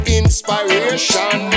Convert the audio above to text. inspiration